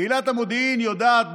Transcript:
קהילת המודיעין יודעת,